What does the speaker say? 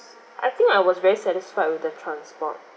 I think I was very satisfied with the transport